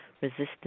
resistance